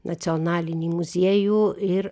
nacionalinį muziejų ir